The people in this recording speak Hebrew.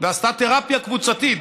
ועשתה תרפיה קבוצתית,